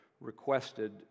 requested